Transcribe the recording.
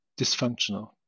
dysfunctional